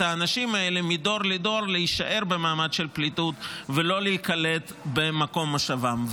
האנשים האלה מדור לדור להישאר במעמד של פליטות ולא להיקלט במקום מושבם.